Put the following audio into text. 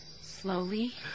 Slowly